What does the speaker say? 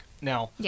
Now